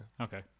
Okay